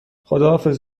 خداحافظ